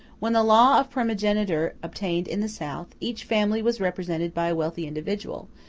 when the law of primogeniture obtained in the south, each family was represented by a wealthy individual,